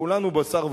כולנו בשר ודם,